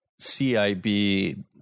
CIB